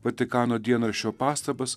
vatikano dienraščio pastabas